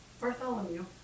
Bartholomew